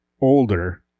older